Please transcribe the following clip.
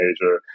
major